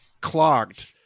clogged